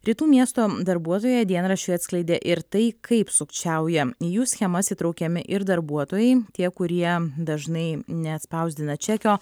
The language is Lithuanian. rytų miesto darbuotoja dienraščiui atskleidė ir tai kaip sukčiauja į jų schemas įtraukiami ir darbuotojai tie kurie dažnai neatspausdina čekio